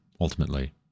ultimately